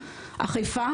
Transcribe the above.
אכיפה,